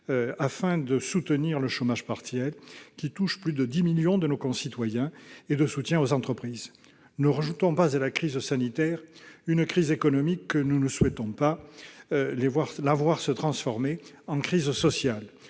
afin de soutenir le chômage partiel, qui touche plus de 10 millions de nos concitoyens, et nos entreprises. N'ajoutons pas à la crise sanitaire une crise économique que nous ne souhaitons pas voir se transformer en crise sociale,